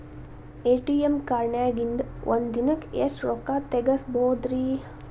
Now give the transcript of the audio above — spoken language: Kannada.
ಎ.ಟಿ.ಎಂ ಕಾರ್ಡ್ನ್ಯಾಗಿನ್ದ್ ಒಂದ್ ದಿನಕ್ಕ್ ಎಷ್ಟ ರೊಕ್ಕಾ ತೆಗಸ್ಬೋದ್ರಿ?